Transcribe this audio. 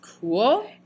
cool